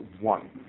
one